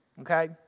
Okay